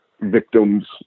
victim's